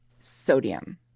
Sodium